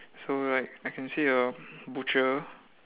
so right I can see a butcher